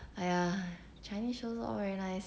!aiya! chinese shows not very nice